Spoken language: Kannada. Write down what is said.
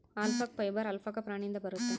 ಅಲ್ಪಕ ಫೈಬರ್ ಆಲ್ಪಕ ಪ್ರಾಣಿಯಿಂದ ಬರುತ್ತೆ